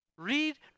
Read